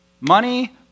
Money